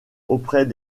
auprès